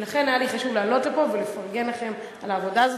ולכן היה לי חשוב לעלות לפה ולפרגן לכם על העבודה הזאת.